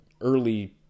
early